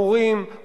המורים,